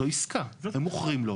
זו עסקה, הם מוכרים לו.